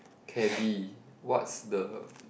cabby what's the